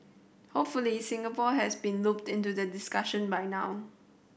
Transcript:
hopefully Singapore has been looped into the discussion by now